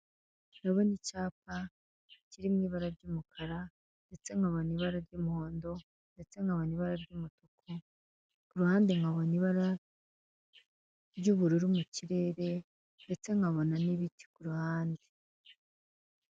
Ndabona icyapa kiri mu ibara ry'umukara ndetse nkabona ibara ry'umuhondo ndetse nkabona ibara ry'umutuku, ku ruhande nkabona ibara ry'ubururu mu kirere ndetse nkabona n'ibiti ku ruhande.